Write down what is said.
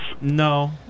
No